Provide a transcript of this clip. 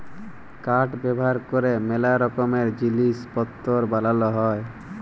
কাঠ ব্যাভার ক্যরে ম্যালা রকমের জিলিস পত্তর বালাল হ্যয়